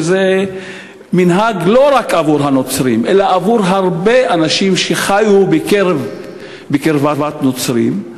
שזה מנהג לא רק של הנוצרים אלא של הרבה אנשים שחיו בקרבת נוצרים,